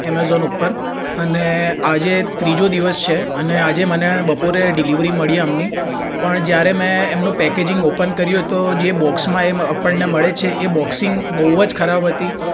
Amazon ઉપર અને આજે ત્રીજો દિવસ છે અને આજે મને બપોરે ડિલિવરી મળી આમની પણ જ્યારે મેં એમનો પેકેજિંગ ઓપન કર્યું તો જે બોક્સમાં એ આપણને મળે છે એ બોક્સિંગ બહુ જ ખરાબ હતી